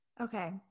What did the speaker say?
Okay